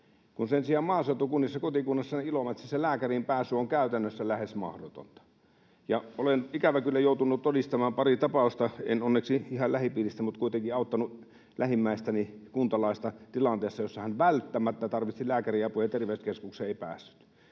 kun sen sijaan maaseutukunnissa, kotikunnassani Ilomantsissa lääkäriin pääsy on käytännössä lähes mahdotonta. Olen ikävä kyllä joutunut todistamaan pari tapausta, en onneksi ihan lähipiiristä, mutta kuitenkin auttanut lähimmäistäni, kuntalaista tilanteessa, jossa hän välttämättä tarvitsi lääkärin apua ja terveyskeskukseen ei päässyt.